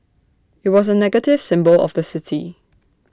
IT was A negative symbol of the city